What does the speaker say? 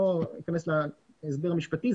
ולא אכנס להסבר המשפטי,